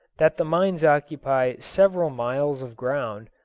that the mines occupy several miles of ground,